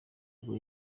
ubwo